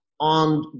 On